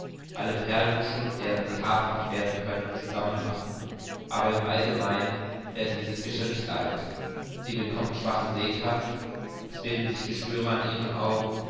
alle perlmuscheln deren sie habhaft werden können zusammenraffen aber im allgemeinen werden diese fischer nicht alt sie bekommen schwache sehkraft es bilden sich geschwüre an ihren augen